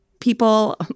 people